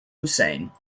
hussein